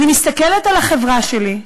אני מסתכלת על החברה שלי,